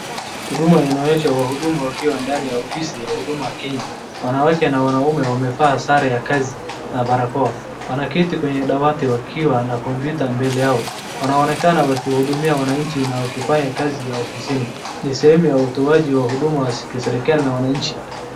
Huduma inaonyesha wahudumu wakiwa ndani ya ofisi ya Huduma Kenya. Wanawake na wanaume wamevaa sare ya kazi na barakoa. Wanaketi kwenye dawati wakiwa na kompyuta mbele yao. Wanaonekana wakihudumia wananchi na wakifanya kazi ya ofisini. Ni sehemu ya utoaji wa huduma kiserikali na wananchi.